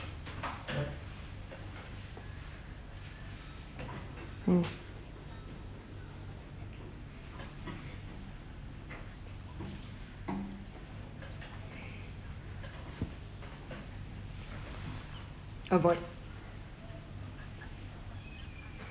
mm avoid